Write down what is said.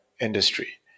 industry